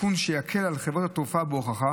תיקון שיקל על חברות התעופה בהוכחת